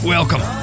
Welcome